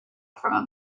from